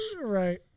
right